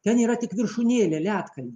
ten yra tik viršūnėlė ledkalnio